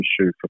issue